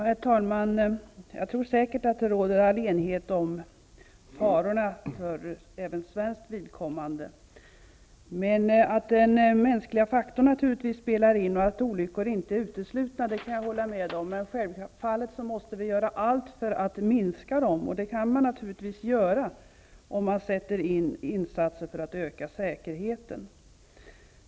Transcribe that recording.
Herr talman! Jag tror säkert att det råder största enighet om farorna även för svenskt vidkommande. Att den mänskliga faktorn naturligtvis spelar in och att olyckor inte är uteslutna kan jag hålla med om, men självfallet måste vi göra allt för att minska riskerna, och det kan man naturligtvis göra genom insatser för att öka säkerheten.